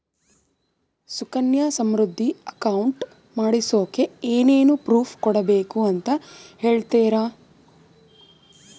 Sukanya Samriddhi account ಮಾಡಿಸೋಕೆ ಏನೇನು proof ಕೊಡಬೇಕು ಅಂತ ಹೇಳ್ತೇರಾ?